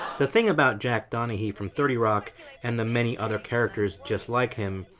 the thing about jack donaghy from thirty rock and the many other characters just like him,